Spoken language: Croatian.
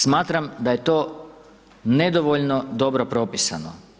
Smatram da je to nedovoljno dobro propisano.